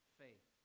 faith